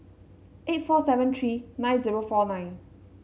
eight four seven three nine zero four nine